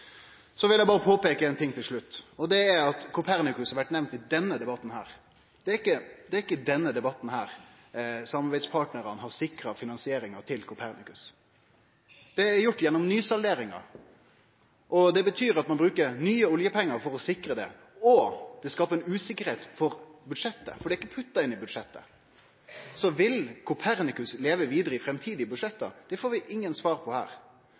Så vil eg berre påpeike ein ting til slutt: Copernicus har vore nemnd i denne debatten. Det er ikkje gjennom denne debatten samarbeidspartnarane har sikra finansieringa til Copernicus. Det er gjort gjennom nysalderinga. Det betyr at ein bruker nye oljepengar for å sikre det, og det skaper ei usikkerheit for budsjettet, for det er ikkje putta inn i budsjettet. Så om Copernicus vil leve vidare i framtidige budsjett, får vi ingen svar på her.